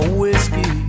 whiskey